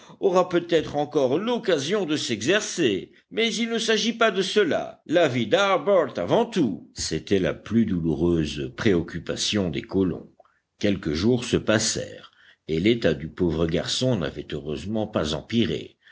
aura peut-être encore l'occasion de s'exercer mais il ne s'agit pas de cela la vie d'harbert avant tout c'était la plus douloureuse préoccupation des colons quelques jours se passèrent et l'état du pauvre garçon n'avait heureusement pas empiré